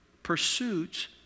Pursuits